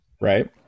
Right